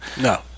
No